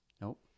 Nope